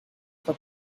for